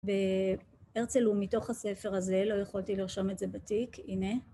והרצל הוא מתוך הספר הזה, לא יכולתי לרשום את זה בתיק, הנה